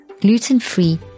gluten-free